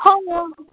हो ना